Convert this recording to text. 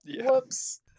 Whoops